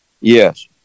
Yes